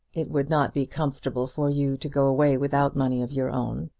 it would not be comfortable for you to go away without money of your own,